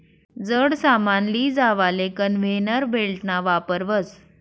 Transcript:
जड सामान लीजावाले कन्वेयर बेल्टना वापर व्हस